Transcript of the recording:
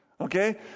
okay